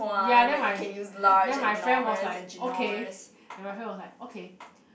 ya then my then my friend was like okay then my friend was like okay